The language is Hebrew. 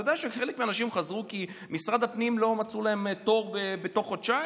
אתה יודע שחלק מאנשים חזרו כי משרד הפנים לא מצאו להם תור בתוך חודשיים?